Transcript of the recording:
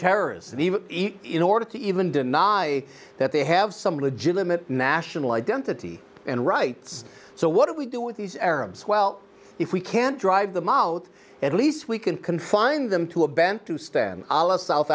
terrorism even eat in order to even deny that they have some legitimate national identity and rights so what do we do with these arabs well if we can't drive them out at least we can confine them to a bent to stand allah south